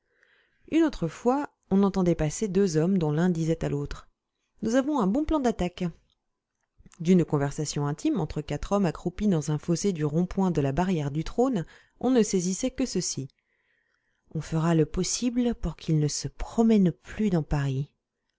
une autre fois on entendait passer deux hommes dont l'un disait à l'autre nous avons un bon plan d'attaque d'une conversation intime entre quatre hommes accroupis dans un fossé du rond-point de la barrière du trône on ne saisissait que ceci on fera le possible pour qu'il ne se promène plus dans paris